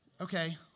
Okay